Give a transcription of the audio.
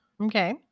Okay